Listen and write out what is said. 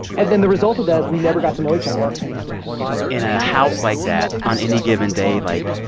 and then the result of that is we never got to know each other, my parents and i in a house like that, on any given day, like,